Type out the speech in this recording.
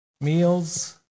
meals